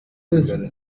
person